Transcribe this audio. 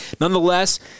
nonetheless